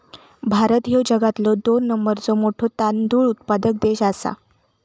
भारत ह्यो जगातलो दोन नंबरचो मोठो तांदूळ उत्पादक देश आसा